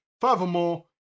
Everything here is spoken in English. Furthermore